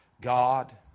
God